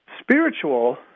spiritual